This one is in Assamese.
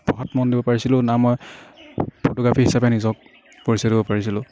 পঢ়াত মন দিব পাৰিছিলো না মই ফটোগ্ৰাফি হিচাপে নিজক পৰিচয় দিব পাৰিছিলো